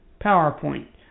PowerPoint